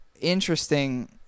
interesting